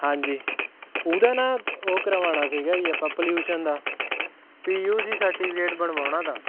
ਹਾਂਜੀ ਉਹਦਾ ਨਾ ਉਹ ਕਰਵਾਉਣਾ ਸੀਗਾ ਜੀ ਆਪਾਂ ਪੋਲਿਊਸ਼ਨ ਦਾ ਪੀ ਯੂ ਸੀ ਸਰਟੀਫਿਕੇਟ ਬਣਵਾਉਣਾ ਥਾ